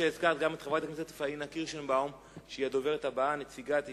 אני בטוח שהיית יכולה להמשיך עוד זמן רב עם הרשימה שהבאת אלינו.